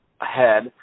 ahead